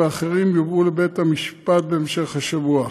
והאחרים יובאו לבית המשפט בהמשך השבוע.